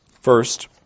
First